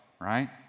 right